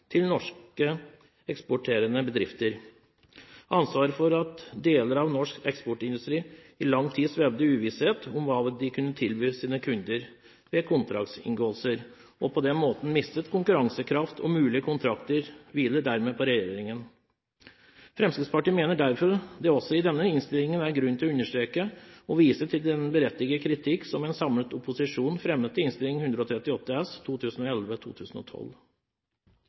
til norske eksporterende bedrifter. Ansvaret for at deler av norsk eksportindustri i lang tid svevde i uvisshet om hva de kunne tilby sine kunder ved kontraktsinngåelser, og på den måten mistet konkurransekraft og mulige kontrakter, hviler dermed på regjeringen. Fremskrittspartiet mener derfor det også i denne innstillingen er grunn til å understreke og vise til den berettigede kritikk som en samlet opposisjon fremmet i Innst. 138 S